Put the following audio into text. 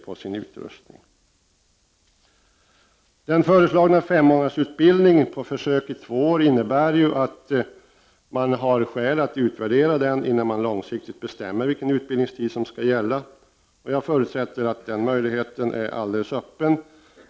Förslaget att under två år på försök genomföra grundutbildning om fem månader innebär ju att man har skäl att utvärdera denna verksamhet innan vi långsiktigt bestämmer vilken utbildningstid som skall gälla. Jag förutsätter att den möjligheten är helt öppen.